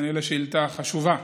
במענה על השאילתה החשובה,